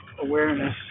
awareness